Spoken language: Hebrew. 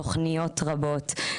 תוכניות רבות.